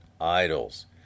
idols